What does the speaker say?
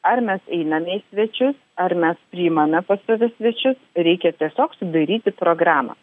ar mes einame į svečius ar mes priimame pas save svečius reikia tiesiog sudaryti programą